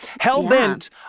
Hell-bent